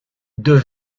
deux